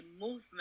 movement